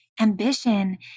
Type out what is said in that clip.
Ambition